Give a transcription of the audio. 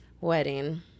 wedding